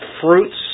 fruits